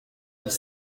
dix